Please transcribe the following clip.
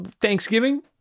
thanksgiving